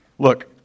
Look